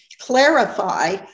clarify